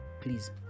Please